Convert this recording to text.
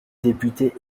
députés